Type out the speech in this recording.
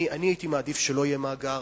אני הייתי מעדיף שלא יהיה מאגר,